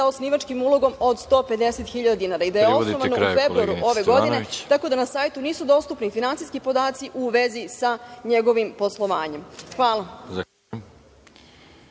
osnivačkim ulogom od 150.000 dinara i da je osnovano u februaru ove godine, tako da na sajtu nisu dostupni finansijski podaci u vezi sa njegovim poslovanjem. Hvala.